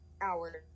hour